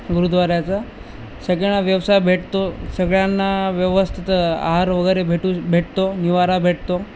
गुरुद्वाऱ्याचा सगळ्यांना व्यवसाय भेटतो सगळ्यांना व्यवस्थित आहारवगैरे भेटू भेटतो निवारा भेटतो